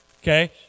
okay